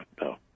No